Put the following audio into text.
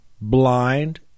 blind